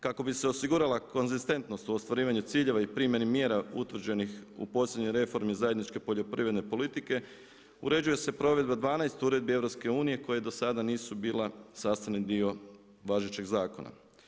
Kako bi se osigurala konzistentnost u ostvarivanju ciljeva i primjeni mjera utvrđenih u posljednjoj reformi zajedničke poljoprivredne politike uređuje se provedba 12 uredbi UN koje do sada nisu bila sastavni dio važećeg zakona.